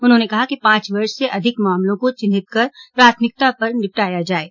उन्होंने कहा है कि पांच वष से अधिक मामलों को चिन्हित कर प्राथमिकता पर निपटाया जाये